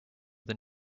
than